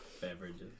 beverages